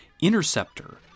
Interceptor